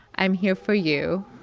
i'm here for you.